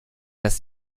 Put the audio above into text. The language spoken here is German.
das